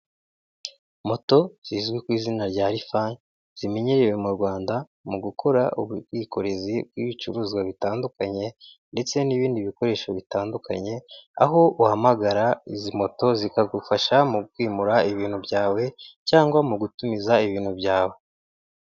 Moto zizwi ku izina rya rifani zimenyerewe mu Rwanda mu gukora ubwikorezi bw'ibicuruzwa bitandukanye ndetse n'ibindi bikoresho bitandukanye, aho uhamagara izi moto zikagufasha mu kwimura ibintu byawe cyangwa mu gutumiza ibintu byawe.